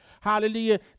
Hallelujah